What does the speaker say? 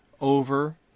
over